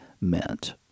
meant